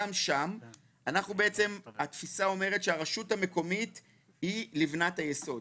גם שם התפיסה אומרת שהרשות המקומית היא לבנת היסוד.